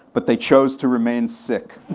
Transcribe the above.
but they chose to remain sick.